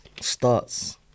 starts